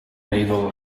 naval